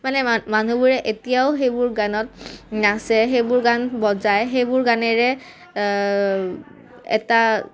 মানে মানুহবোৰে এতিয়াও সেইবোৰ গানত নাচে সেইবোৰ গান বজায় সেইবোৰ গানেৰে এটা